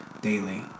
daily